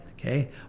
Okay